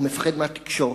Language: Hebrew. הוא מפחד מהתקשורת,